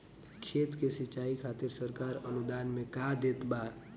खेत के सिचाई खातिर सरकार अनुदान में का देत बा?